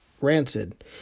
Rancid